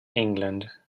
england